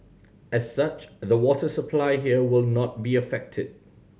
as such the water supply here will not be affected